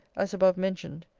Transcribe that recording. as above-mentioned,